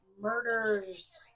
Murders